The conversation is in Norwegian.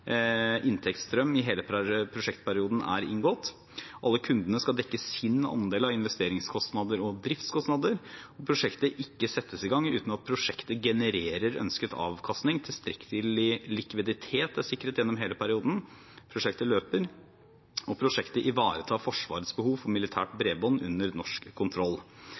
inntektsstrøm i hele prosjektperioden, er inngått alle kundene skal dekke sin andel av investeringskostnader og driftskostnader prosjektet ikke settes i gang uten at prosjektet genererer ønsket avkastning tilstrekkelig likviditet er sikret gjennom hele perioden prosjektet løper prosjektet ivaretar Forsvarets behov for militært bredbånd under norsk kontroll